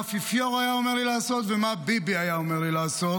האפיפיור היה אומר לי לעשות ומה ביבי היה אומר לי לעשות,